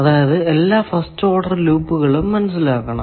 അതായതു എല്ലാ first order ലൂപ്പുകളും മനസ്സിലാക്കണം